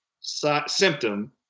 symptom